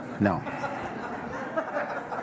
No